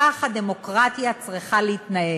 כך הדמוקרטיה צריכה להתנהל.